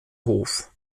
hof